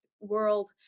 world